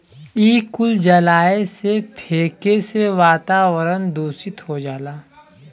इ कुल जलाए से, फेके से वातावरन दुसित हो जाला